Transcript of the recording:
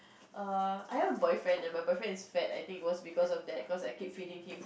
err I have a boyfriend and my boyfriend is fat I think it was because of that cause I keep feeding him